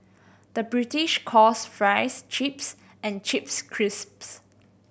the British calls fries chips and chips crisps